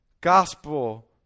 gospel